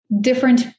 different